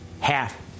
half